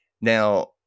Now